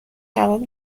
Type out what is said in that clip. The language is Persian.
جواب